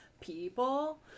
people